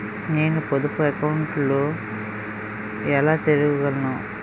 నేను పొదుపు అకౌంట్ను ఎలా తెరవగలను?